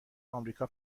آمریکا